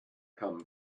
come